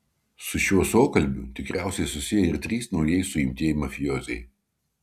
su šiuo suokalbiu tikriausiai susiję ir trys naujai suimtieji mafijoziai